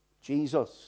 Jesus